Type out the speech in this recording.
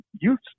youth